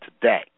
today